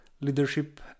leadership